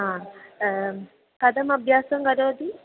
हा कथम् अभ्यासं करोति